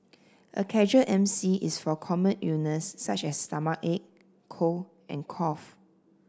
a casual M C is for common illness such as stomachache cold and cough